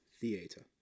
theater